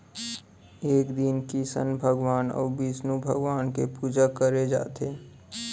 ए दिन किसन भगवान अउ बिस्नु भगवान के पूजा करे जाथे